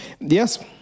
Yes